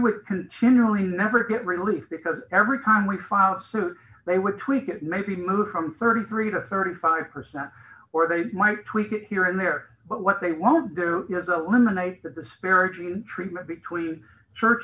we continually never get relief because every time we file suit they would tweak it maybe move from thirty three to thirty five percent or they might tweak it here and there but what they won't do is allin the night the disparaging treatment between church